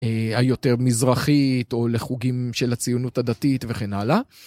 היותר מזרחית או לחוגים של הציונות הדתית וכן הלאה.